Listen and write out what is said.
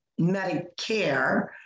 Medicare